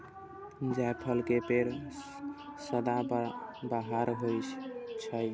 जायफल के पेड़ सदाबहार होइ छै